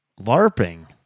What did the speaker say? LARPing